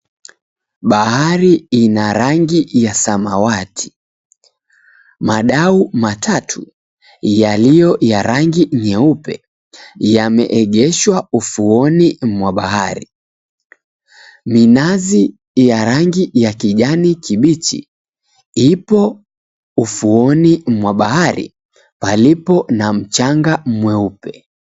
Bahari ina rangi ya samawati. Madau matatu yaliyo ya rangi nyeupe yameegeshwa ufuoni mwa bahari. Minazi ya rangi ya kijani kibichi ipo ufuoni mwa bahari palipo na mchanga mweupe.